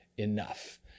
enough